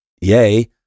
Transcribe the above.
yay